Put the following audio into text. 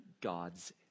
God's